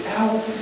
out